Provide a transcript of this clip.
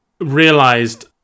realized